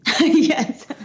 Yes